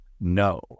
no